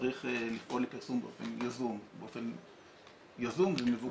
שצריך לפעול לפרסום יזום, באופן יזום ומבוקר.